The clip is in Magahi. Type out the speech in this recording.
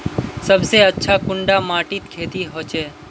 सबसे अच्छा कुंडा माटित खेती होचे?